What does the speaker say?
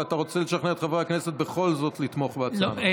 ואתה רוצה לשכנע את חברי הכנסת בכל זאת לתמוך בהצעה.